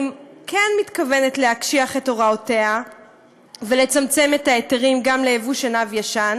כן מתכוונת להקשיח את הוראותיה ולצמצם את ההיתרים גם ליבוא שנהב ישן,